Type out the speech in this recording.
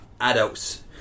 adults